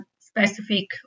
specific